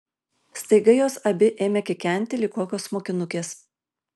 staiga jos abi ėmė kikenti lyg kokios mokinukės